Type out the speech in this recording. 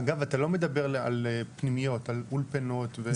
אגב, אתה לא מדבר על פנימיות, על אולפנות וכדומה.